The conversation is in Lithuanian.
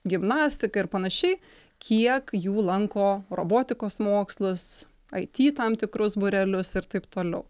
gimnastiką ir panašiai kiek jų lanko robotikos mokslus aity tam tikrus būrelius ir taip toliau